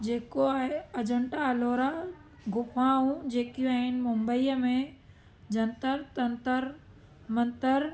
जेको आहे अजंटा अलोरा गुफाऊं जेकियूं आहिनि मुंबईअ में जंतर तंत्र मंदिर